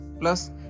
plus